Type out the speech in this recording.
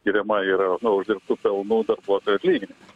skiriama yra nuo uždirbtų pelnų darbuotojų atlyginimam